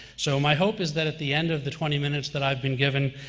so, my hope is that at the end of the twenty minutes that i've been given,